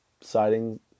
siding